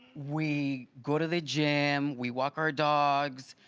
we go to the gym, we walk our dogs,